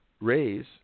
raise